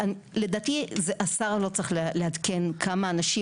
לדעתי השר לא צריך לעדכן כמה אנשים